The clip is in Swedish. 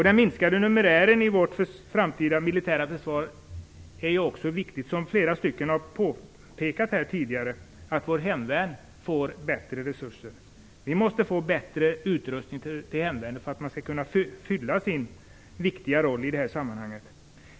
Den minskade numerären i vårt framtida militära försvar är också en viktig sak. Som flera tidigare har påpekat är det väsentligt att vårt hemvärn får bättre resurser. Hemvärnet måste få bättre resurser för att kunna uppfylla sin viktiga roll i detta sammanhang.